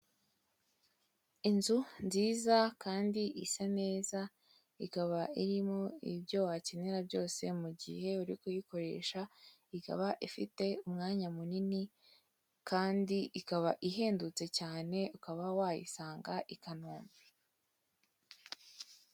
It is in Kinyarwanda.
Inzu nziza kandi isa neza, ikaba irimo ibyo wakenera byose mu gihe uri kuyikoresha, ikaba ifite umwanya munini, kandi ikaba ihendutse cyane ukaba wayisanga i kanombe.